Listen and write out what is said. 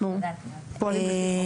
אנחנו פועלים לפי חוק הנוער.